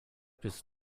bist